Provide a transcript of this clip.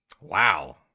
Wow